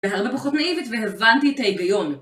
בהרבה פחות נאיבית והבנתי את ההיגיון